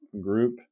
group